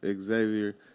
xavier